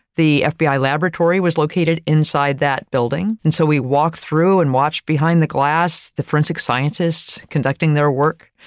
the ah fbi laboratory was located inside that building. and so, we walked through and watch behind the glass, the forensic scientists conducting their work.